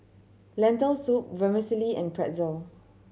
Lentil Soup Vermicelli and Pretzel